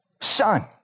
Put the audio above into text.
Son